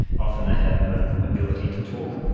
often they have no ability to talk.